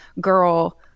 girl